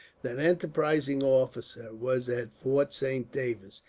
that enterprising officer was at fort saint david,